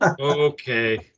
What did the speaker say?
Okay